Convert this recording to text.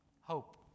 hope